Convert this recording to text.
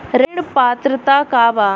ऋण पात्रता का बा?